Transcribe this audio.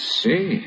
see